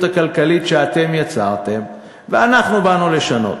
הכלכלית שאתם יצרתם ואנחנו באנו לשנות: